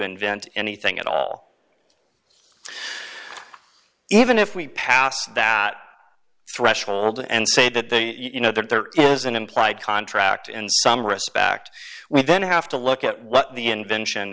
invent anything at all even if we pass that threshold and say that they you know that there is an implied contract in some respect we then have to look at what the invention